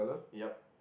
yup